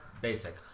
basic